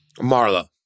Marla